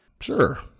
Sure